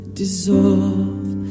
dissolve